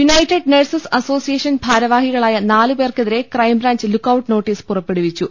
United Nurses Association ഭാരവാഹികളായ നാലു പേർക്കെതിരെ ക്രൈംബ്രാഞ്ച് ലുക്ക്ഔട്ട് നോട്ടീസ് പുറ പ്പെടുവിച്ചു